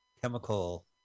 chemical